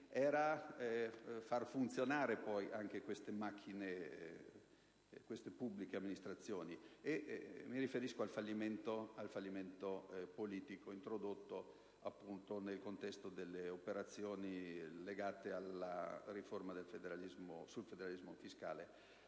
far poi funzionare le macchine della pubbliche amministrazioni. Mi riferisco al fallimento politico introdotto nel contesto delle operazioni legate alla riforma del federalismo fiscale.